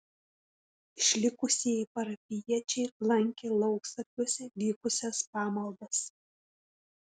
išlikusieji parapijiečiai lankė lauksargiuose vykusias pamaldas